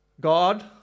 God